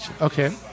Okay